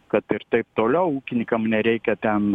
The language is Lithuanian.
kad ir taip toliau ūkininkam nereikia ten